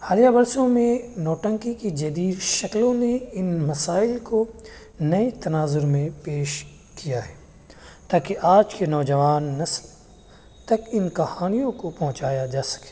حالیہ برسوں میں نوٹنکی کی جدید شکلوں میں ان مسائل کو نئے تناظر میں پیش کیا ہے تاکہ آج کے نوجوان نسل تک ان کہانیوں کو پہنچایا جا سکے